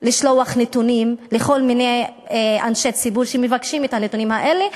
לשלוח נתונים לכל מיני אנשי ציבור שמבקשים את הנתונים האלה.